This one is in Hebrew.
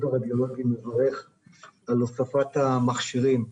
הרדיולוגים ואני מברך על הוספת המכשירים.